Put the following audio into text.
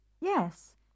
Yes